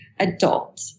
adult